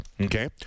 Okay